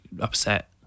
upset